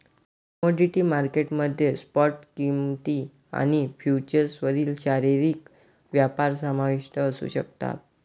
commodity market मध्ये spot किंमती आणि फ्युचर्सवरील शारीरिक व्यापार समाविष्ट असू शकतात